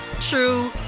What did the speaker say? true